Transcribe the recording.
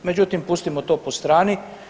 Međutim, pustimo to po strani.